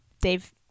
Dave